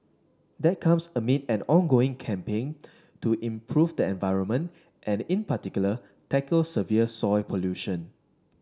that comes amid an ongoing campaign to improve the environment and in particular tackle severe soil pollution